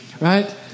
right